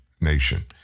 nation